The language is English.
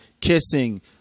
kissing